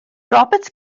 robert